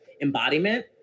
embodiment